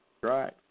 Right